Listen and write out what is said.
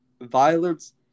violence